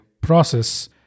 process